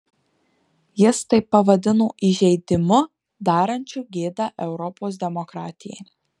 jis tai pavadino įžeidimu darančiu gėdą europos demokratijai